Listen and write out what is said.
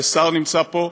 ושר נמצא פה,